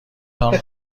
تان